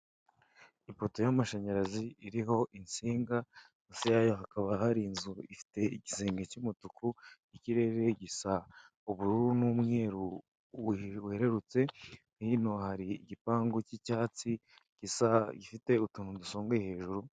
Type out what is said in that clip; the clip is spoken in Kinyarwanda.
Ipoto y'amashanyarazi iriho insinga, munsi yayo hakaba hari inzu ifite igisenge cy'umutuku ikirere gisa ubururu n'umweru buherutse hino hari igipangu cy'icyatsi gisa gifite utuntu dusongoye hejuru.